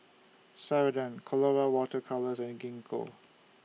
Ceradan Colora Water Colours and Gingko